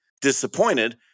disappointed